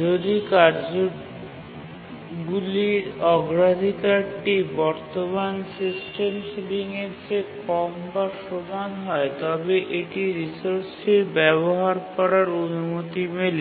যদি কার্যগুলির অগ্রাধিকারটি বর্তমান সিস্টেম সিলিংয়ের চেয়ে কম বা সমান হয় তবে এটি রিসোর্সটির ব্যবহার করার অনুমতি মেলে